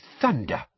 thunder